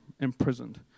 imprisoned